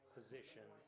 position